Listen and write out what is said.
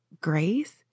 grace